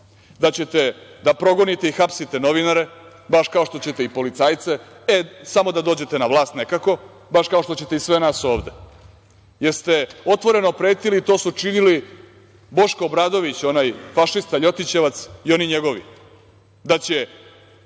da ćete da progonite i hapsite novinare, baš kao što ćete i policajce, e samo da dođete na vlast nekako, baš kao što ćete i sve nas ovde. Jeste li otvoreno pretili, to su činili Boško Obradović, onaj fašista Ljotićevac i oni njegovi, da će